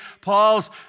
Paul's